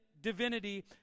divinity